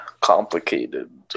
complicated